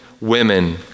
women